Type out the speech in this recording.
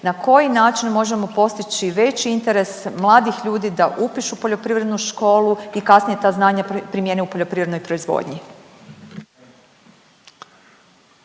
na koji način možemo postići veći interes mladih ljudi da upišu poljoprivrednu školu i kasnije ta znanja primjeni u poljoprivrednoj proizvodnji?